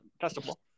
Festival